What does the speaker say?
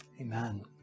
Amen